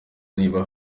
niba